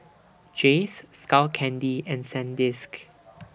Jays Skull Candy and Sandisk